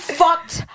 fucked